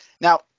now